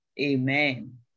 Amen